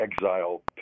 Exile